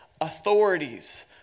authorities